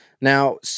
Now